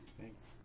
Thanks